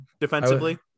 defensively